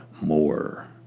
more